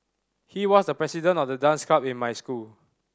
he was the president of the dance club in my school